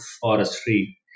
forestry